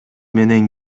менен